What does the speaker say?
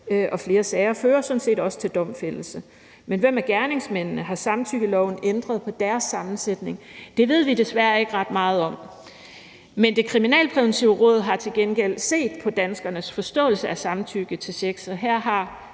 og flere sager fører sådan set også til domfældelse. Kl. 17:37 Men hvem er gerningsmændene? Har samtykkeloven ændret på deres sammensætning? Det ved vi desværre ikke ret meget om. Men Det Kriminalpræventive Råd har til gengæld set på danskernes forståelse af samtykke til sex, og her har